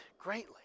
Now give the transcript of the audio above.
greatly